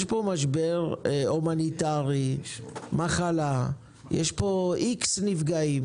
יש פה משבר הומניטרי, מחלה, יש פה איקס נפגעים